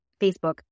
Facebook